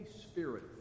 Spirit